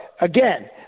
again